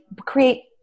create